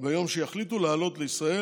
וביום שיחליטו לעלות לישראל,